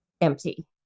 empty